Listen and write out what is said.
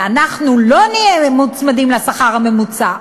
ואנחנו לא נהיה מוצמדים לשכר הממוצע.